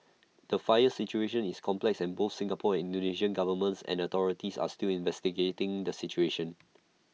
the fire situation is complex and both Singapore and Indonesia governments and authorities are still investigating the situation